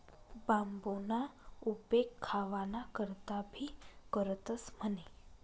बांबूना उपेग खावाना करता भी करतंस म्हणे